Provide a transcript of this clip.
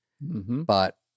But-